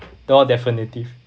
more definitive